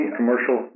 commercial